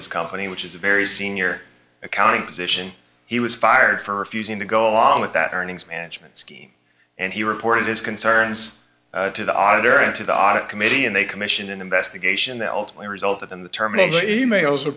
this company which is a very senior accounting position he was fired for refusing to go along with that earnings management scheme and he reported his concerns to the auditor and to the hot committee and they commissioned an investigation that ultimately resulted in the terminal the e mails